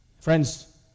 friends